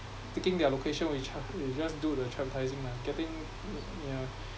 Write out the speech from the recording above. taking their location we charge we just do the tryvertising lah getting yeah